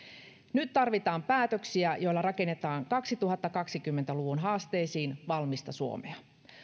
nyt tarvitaan päätöksiä joilla rakennetaan kaksituhattakaksikymmentä luvun haasteisiin valmista suomea